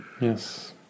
Yes